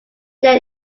then